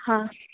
हाँ